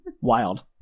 Wild